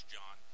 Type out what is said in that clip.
John